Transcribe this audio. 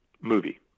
movie